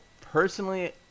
personally